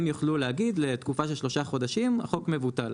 הם יוכלו להגיד לתקופה של שלושה חודשים החוק מבוטל.